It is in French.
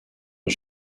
aux